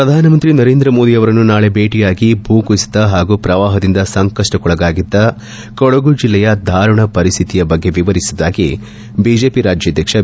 ಪ್ರಧಾನಮಂತ್ರಿ ನರೇಂದ್ರಮೋದಿ ಅವರನ್ನು ನಾಳೆ ಭೇಟಿಯಾಗಿ ಭೂ ಕುಸಿತ ಹಾಗೂ ಪ್ರವಾಹದಿಂದ ಸಂಕಷ್ಷಕೊಳಗಾಗಿದ್ದ ಕೊಡಗು ಜಲ್ಲೆಯ ದಾರುಣ ಪರಿಸ್ಥಿತಿ ಬಗ್ಗೆ ವಿವರಿಸುವುದಾಗಿ ಬಿಜೆಪಿ ರಾಜ್ಯಾಧ್ಯಕ್ಷ ಬಿ